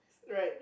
right